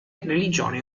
religione